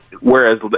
whereas